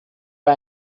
bei